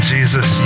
Jesus